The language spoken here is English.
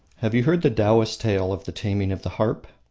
have you heard the taoist tale of the taming of the harp?